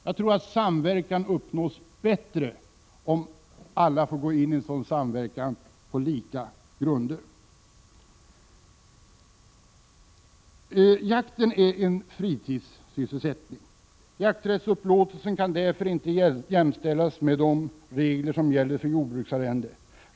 Jag tror att samverkan uppnås bättre om alla får gå in i en sådan på samma grunder. Jakten är en fritidssysselsättning. Reglerna för jakträttsupplåtelse kan därför inte jämställas med de regler som gäller för jordbruksarrende.